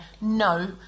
no